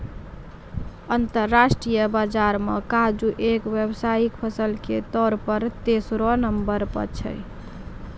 अंतरराष्ट्रीय बाजार मॅ काजू एक व्यावसायिक फसल के तौर पर तेसरो नंबर पर छै